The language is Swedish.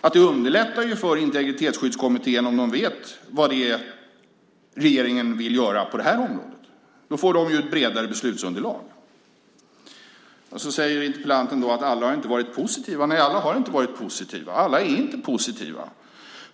att det underlättar för Integritetsskyddskommittén om den vet vad regeringen vill göra på detta område. Då får den ett bredare beslutsunderlag. Då säger interpellanten att alla inte har varit positiva. Nej, alla har inte varit positiva. Alla är inte positiva.